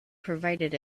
provided